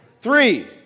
Three